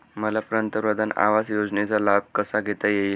मला पंतप्रधान आवास योजनेचा लाभ कसा घेता येईल?